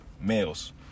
males